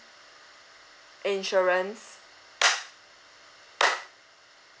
insurance